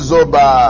Zoba